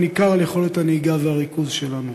ניכר על יכולת הנהיגה והריכוז שלנו.